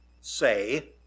say